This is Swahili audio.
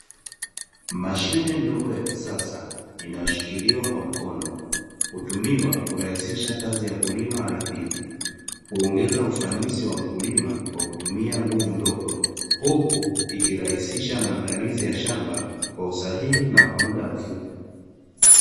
Mashine ndogo ya kisasa, inayoshikiliwa kwa mkono, hutumiwa kurahisisha kazi ya kulima ardhini, huongeza ufanisi wa mkulima kwa kutumia nguvu ndogo. Huku ikirahisisha maandalizi ya shamba, kwa usahihi na kwa muda mfupi.